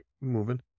moving